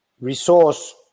resource